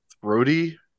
throaty